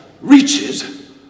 reaches